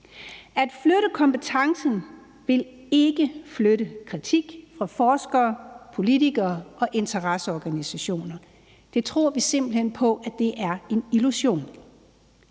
At flytte kompetencen vil ikke flytte kritik fra forskere, politikere og interesseorganisationer væk. Det tror vi simpelt hen på er en illusion.